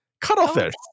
Cuttlefish